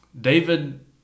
David